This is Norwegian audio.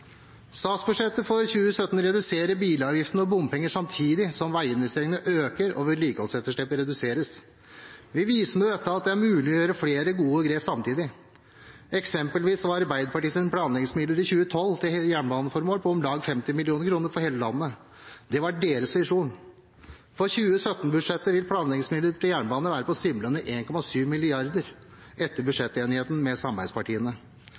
Statsbudsjettet for 2017 reduserer bilavgiftene og bompengene, samtidig som veiinvesteringene øker og vedlikeholdsetterslepet reduseres. Vi viser med dette at det er mulig å gjøre flere god grep samtidig. Eksempelvis var Arbeiderpartiets planleggingsmidler i 2012 til jernbaneformål på om lag 50 mill. kr for hele landet. Det var deres visjon. For 2017-budsjettet vil planleggingsmidlene til jernbane være på svimlende 1,7 mrd. kr etter budsjettenigheten med samarbeidspartiene.